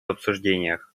обсуждениях